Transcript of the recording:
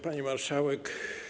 Pani Marszałek!